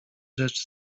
rzecz